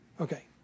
Okay